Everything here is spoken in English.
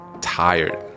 tired